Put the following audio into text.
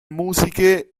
musiche